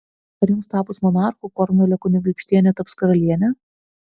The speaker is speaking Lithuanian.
ar jums tapus monarchu kornvalio kunigaikštienė taps karaliene